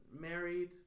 Married